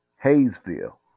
Hayesville